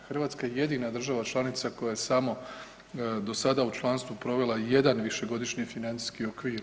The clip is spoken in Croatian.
Hrvatska je jedina država članica koja je samo do sada u članstvu provela jedan višegodišnji financijski okvir.